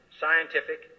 scientific